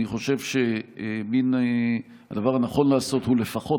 אני חושב שהדבר הנכון לעשות הוא לפחות